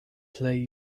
plej